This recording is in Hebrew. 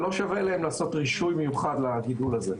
זה לא שווה לעשות רישוי מיוחד לגידול הזה.